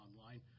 online